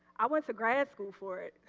i went to grad school for it.